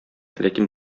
ләкин